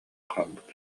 хаалбыт